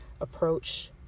approach